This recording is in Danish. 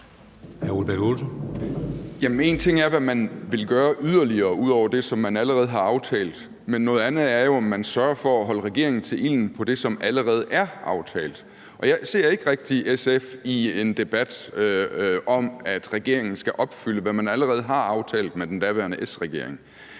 En ting er, hvad man vil gøre ud over det, som man allerede har aftalt, men noget andet er jo, at man sørger for at holde regeringen til ilden på det, som allerede er aftalt. Jeg ser ikke rigtig SF i en debat om, at regeringen skal opfylde, hvad man allerede aftalte med den daværende S-regering.